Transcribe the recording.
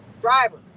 driver